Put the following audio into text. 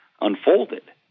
unfolded